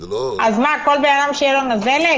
אז מה, כל בן אדם שתהיה לו נזלת?